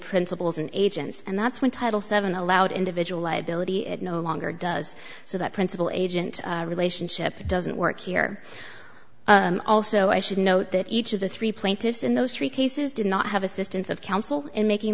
principals and agents and that's when title seven allowed individual liability it no longer does so that principal agent relationship doesn't work here also i should note that each of the three plaintiffs in those three cases did not have assistance of counsel in making